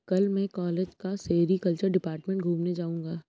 कल मैं कॉलेज का सेरीकल्चर डिपार्टमेंट घूमने जाऊंगा